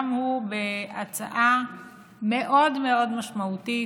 גם הוא בהצעה מאוד מאוד משמעותית,